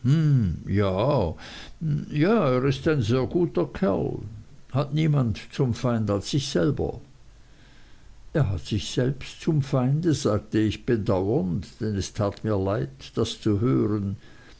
ja ja er ist ein sehr guter kerl hat niemand zum feind als sich selber er hat sich selbst zum feinde sagte ich bedauernd denn es tat mir leid das zu hören